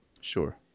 Sure